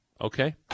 Okay